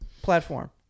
platform